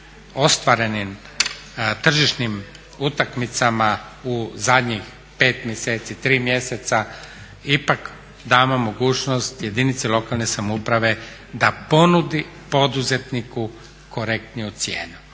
ostvarenim tržišnim utakmicama u zadnjih 5 mjeseci, 3 mjeseca ipak damo mogućnost jedinici lokalne samouprave da ponudi poduzetniku korektniju cijenu